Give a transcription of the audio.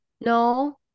No